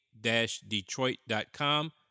Detroit.com